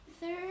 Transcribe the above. Third